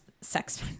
sex